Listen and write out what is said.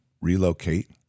relocate